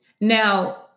Now